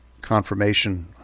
confirmation